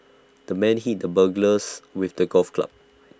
the man hit the burglars with the golf club